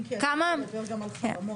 אם כי הדרך לדבר גם על חרמות.